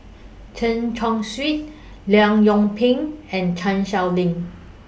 Chen Chong Swee Leong Yoon Pin and Chan Sow Lin